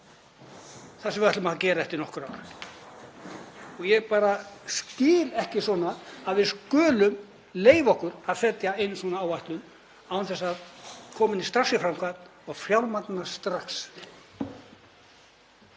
það sem við ætlum að gera eftir nokkur ár. Ég bara skil ekki svona, að við skulum leyfa okkur að setja inn svona áætlun án þess að koma henni strax í framkvæmd og fjármagna hana strax.